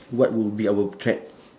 what would be our threat